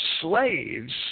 slaves